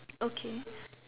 okay